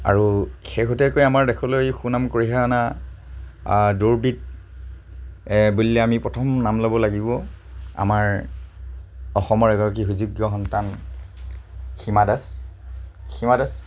আৰু শেহতীয়াকৈ আমাৰ দেশলৈ সুনাম কঢ়িয়াই অনা দৌৰবিদ বুলিলে আমি প্ৰথম নাম ল'ব লাগিব আমাৰ অসমৰ এগৰাকী সুযোগ্য সন্তান হীমা দাস হীমা দাস